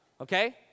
Okay